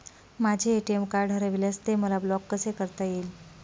माझे ATM card हरविल्यास ते मला ब्लॉक कसे करता येईल?